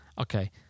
Okay